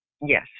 Yes